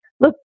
Look